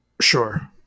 Sure